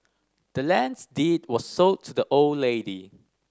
the land's deed was sold to the old lady